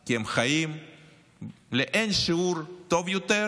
כי הם חיים לאין שיעור טוב יותר